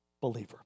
believer